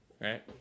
Right